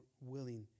willing